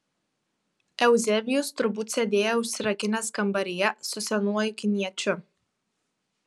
euzebijus turbūt sėdėjo užsirakinęs kambaryje su senuoju kiniečiu